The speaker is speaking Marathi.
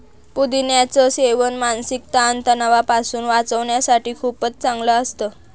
पुदिन्याच सेवन मानसिक ताण तणावापासून वाचण्यासाठी खूपच चांगलं असतं